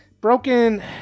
Broken